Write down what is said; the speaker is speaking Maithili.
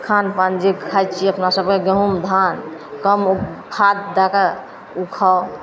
खानपान जे खाइ छिए अपना सभकेँ गहूम धान कम खाद दैके ओ खाउ